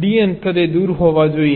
d અંતરે દૂર હોવા જોઈએ